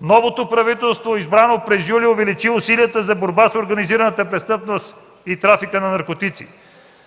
„Новото правителство избрано през юли увеличи усилията за борба с организираната престъпност и трафика на наркотици.